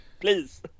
please